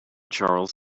charles